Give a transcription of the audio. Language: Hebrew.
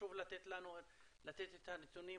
חשוב לתת לנו את הנתונים,